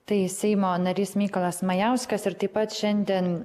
tai seimo narys mykolas majauskas ir taip pat šiandien